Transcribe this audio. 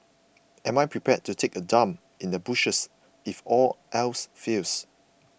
am I prepared to take a dump in the bushes if all else fails